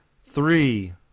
three